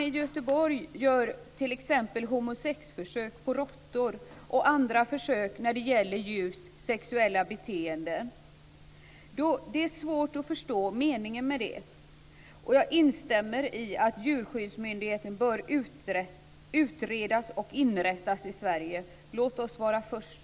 I Göteborg görs t.ex. homosexförsök på råttor och andra försök när det gäller djurs sexuella beteende, och det är svårt att förstå meningen med det. Jag instämmer i att djurskyddsmyndigheten bör utredas och inrättas i Sverige. Låt oss vara först!